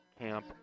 camp